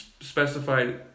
specified